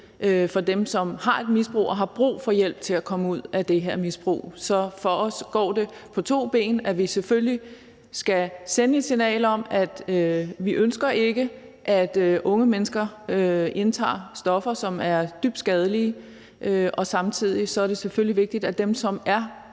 for dem, som har et misbrug, og som har brug for hjælp til at komme ud af det her misbrug. Så for os går det på to ben, nemlig at vi selvfølgelig skal sende et signal om, at vi ikke ønsker, at unge mennesker indtager stoffer, som er dybt skadelige, samtidig med at vi siger, at det selvfølgelig er vigtigt, at dem, som er